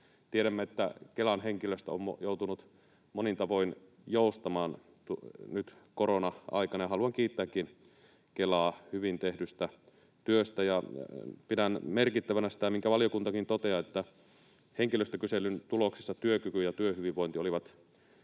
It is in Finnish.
Tiedämme, että Kelan henkilöstö on joutunut monin tavoin joustamaan nyt korona-aikana, ja haluan kiittääkin Kelaa hyvin tehdystä työstä. Pidän merkittävänä sitä, minkä valiokuntakin toteaa, että henkilöstökyselyn tuloksissa työkyky ja työhyvinvointi olivat